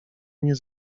nie